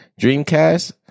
Dreamcast